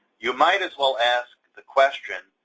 you might as well ask the question,